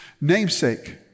namesake